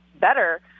better